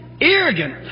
arrogant